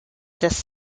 this